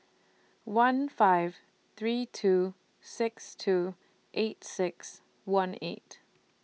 one five three two six two eight six one eight